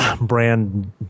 brand